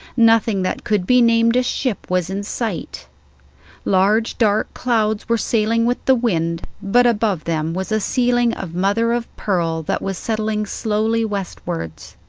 nothing that could be named a ship was in sight large dark clouds were sailing with the wind, but above them was a ceiling of mother-of-pearl that was settling slowly westwards.